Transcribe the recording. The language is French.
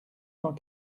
cent